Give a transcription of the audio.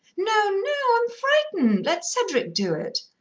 no, no i'm frightened. let cedric do it.